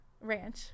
Ranch